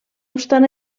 obstant